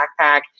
backpack